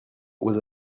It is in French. vous